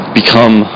become